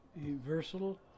versatile